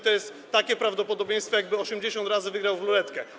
To jest takie prawdopodobieństwo, jakby 80 razy wygrał w ruletkę.